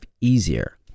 easier